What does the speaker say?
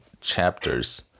chapters